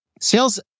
Sales